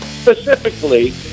specifically